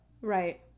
Right